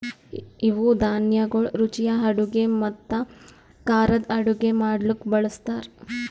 ಇವು ಧಾನ್ಯಗೊಳ್ ರುಚಿಯ ಅಡುಗೆ ಮತ್ತ ಖಾರದ್ ಅಡುಗೆ ಮಾಡ್ಲುಕ್ ಬಳ್ಸತಾರ್